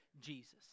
Jesus